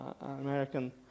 American